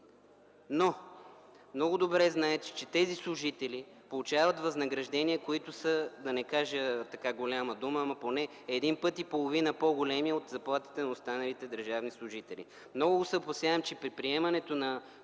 Много добре знаете, че тези служители получават възнаграждения, които са, да не казвам голяма дума, поне един път и половина по-големи от заплатите на останалите държавни служители. Много се опасявам, че при приемането на